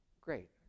great